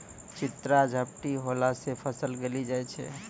चित्रा झपटी होला से फसल गली जाय छै?